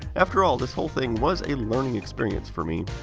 after all, this whole thing was a learning experience for me.